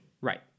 Right